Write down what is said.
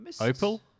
Opal